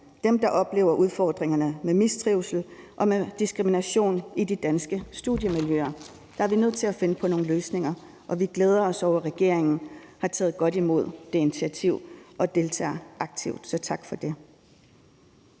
dem, der oplever udfordringerne med mistrivsel og med diskrimination i de danske studiemiljøer. Der er vi nødt til at finde på nogle løsninger, og vi glæder os over, at regeringen har taget godt imod det initiativ og deltager aktivt. Så tak for det.